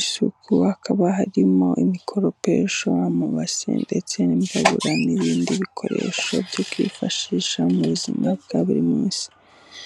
isuku hakaba harimo imikoropesho, amabase, ndetse n'imbabura, n'ibindi bikoresho byo kwifashisha mu buzima bwa buri munsi.